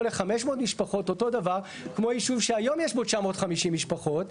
ל-500 משפחות אותו דבר כמו ישוב שהיום יש בו 950 משפחות,